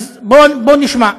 בוא נשמע.